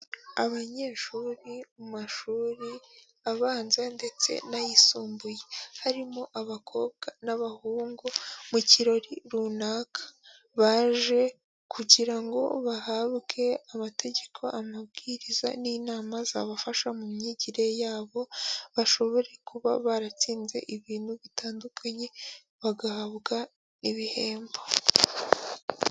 Abanyeshuri mu mashuri abanza ndetse n'ayisumbuye, harimo abakobwa n'abahungu mu kirori runaka, baje kugira ngo bahabwe amategeko, amabwiriza n'inama zabafasha mu myigire yabo, bashobore kuba baratsinze ibintu bitandukanye bagahabwa ibihembo.